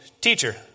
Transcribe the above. Teacher